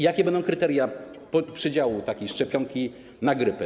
Jakie będą kryteria przydziału takiej szczepionki na grypę?